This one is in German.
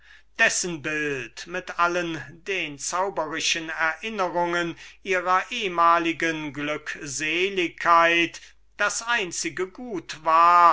dessen bild mit allen den zauberischen erinnerungen ihrer ehmaligen glückseligkeit das einzige gut das